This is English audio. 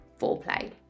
foreplay